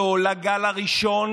לא לגל הראשון,